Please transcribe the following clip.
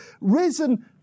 risen